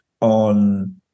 on